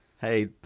Hey